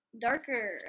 darker